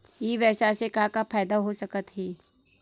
ई व्यवसाय से का का फ़ायदा हो सकत हे?